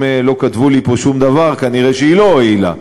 אם לא כתבו לי פה שום דבר, כנראה שהיא לא הועילה,